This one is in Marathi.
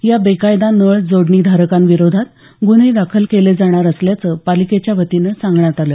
या बेकायदा नळ जोडणीधारकांविरोधात गुन्हे दाखल केले जाणार असल्याचं पालिकेच्यावतीनं सांगण्यात आलं